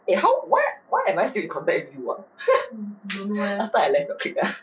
other than that eh how why why am I still in contact with you ah after I left the clique ah